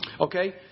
Okay